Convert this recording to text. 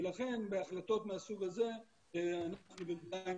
ולכן בהחלטות מהסוג הזה אנחנו בינתיים